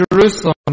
Jerusalem